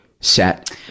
set